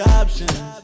options